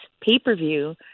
pay-per-view